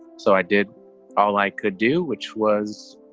so i did all i could do, which was,